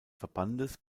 verbandes